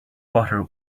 butter